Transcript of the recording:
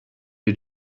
you